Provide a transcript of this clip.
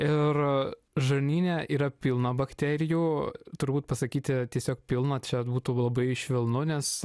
ir žarnyne yra pilna bakterijų turbūt pasakyti tiesiog pilna čia būtų labai švelnu nes